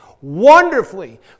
wonderfully